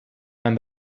and